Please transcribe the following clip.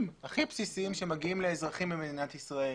הכי בסיסיים שמגיעים לאזרחים במדינת ישראל.